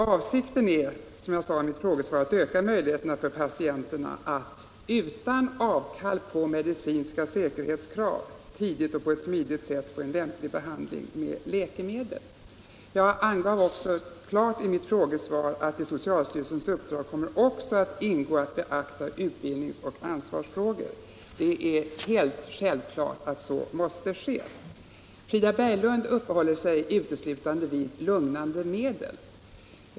Herr talman! Barnmorskor som har särskild utbildning skall försöksvis få rätt att skriva ut recept på p-piller och andra medel som används 61 i födelsekontrollerande syfte. Förslaget att socialstyrelsen snabbt skulle utreda frågan om rätt för bl.a. distriktssköterskor att förskriva vissa läkemedel är ytterligare ett försök att decentralisera vården. ”Avsikten är”, som jag sade i mitt frågesvar, ”att öka möjligheterna för patienter att — utan avkall på medicinska säkerhetskrav — tidigt och på ett smidigt sätt få en lämplig behandling med läkemedel.” Jag angav även i mitt frågesvar: ”I socialstyrelsens uppdrag kommer också att ingå att beakta utbildningsoch ansvarsfrågor.” Det är helt självklart att så måste ske. Frida Berglund uppehåller sig uteslutande vid lugnande medel.